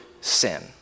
sin